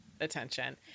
attention